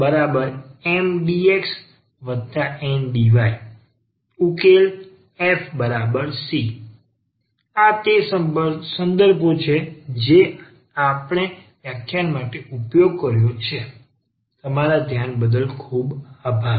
dfxyMdxNdy ઉકેલ fc આ તે સંદર્ભો છે જેનો આપણે વ્યાખ્યાન માટે ઉપયોગ કર્યો છે તમારા ધ્યાન બદલ આભાર